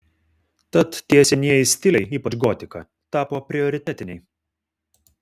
tad tie senieji stiliai ypač gotika tapo prioritetiniai